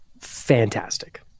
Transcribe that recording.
Fantastic